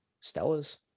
stella's